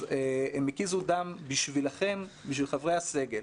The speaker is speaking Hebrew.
הם הקיזו דם בשבילכם, בשביל חברי הסגל.